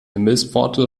himmelspforte